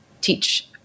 teach